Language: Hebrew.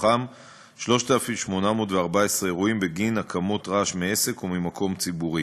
מהם 3,814 אירועים בגין הקמת רעש מעסק וממקום ציבורי.